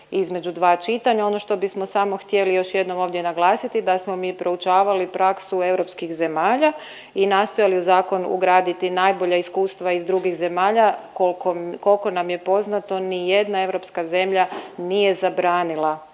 između dva čitanja. Ono što bismo samo htjeli još jednom ovdje naglasiti da smo mi proučavali praksu europskih zemalja i nastojali u zakon ugraditi najbolja iskustva iz drugih zemalja. Koliko nam je poznato ni jedna europska zemlja nije zabranila